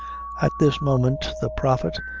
at this moment, the prophet,